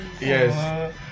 yes